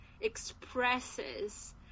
expresses